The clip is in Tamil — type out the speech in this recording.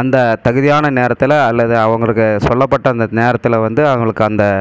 அந்த தகுதியான நேரத்தில் அல்லது அவங்களுக்கு சொல்லப்பட்ட அந்த நேரத்தில் வந்து அவங்களுக்கு அந்த